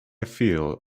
feel